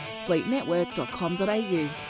Fleetnetwork.com.au